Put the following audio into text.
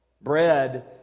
Bread